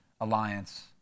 alliance